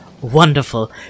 wonderful